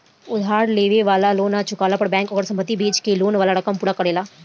उधार लेवे वाला के लोन ना चुकवला पर बैंक ओकर संपत्ति बेच के लोन वाला रकम पूरा करेला